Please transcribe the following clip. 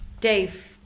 Dave